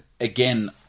again